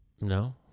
No